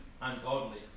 ungodly